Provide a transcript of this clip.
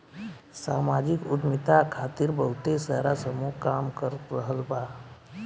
सामाजिक उद्यमिता खातिर बहुते सारा समूह काम कर रहल बा